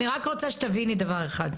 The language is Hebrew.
אני רק רוצה שתביני דבר אחד.